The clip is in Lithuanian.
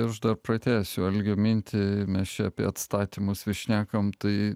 aš dar pratęsiu algio mintį mes čia apie atstatymus šnekam tai